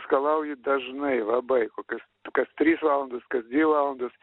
skalauju dažnai labai kokios kas tris valandas kas dvi valandas